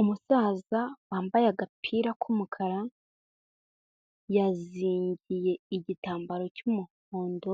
Umusaza wambaye agapira k'umukara, yazingiye igitambaro cy'umuhondo